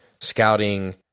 scouting